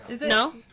No